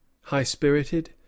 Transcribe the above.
high-spirited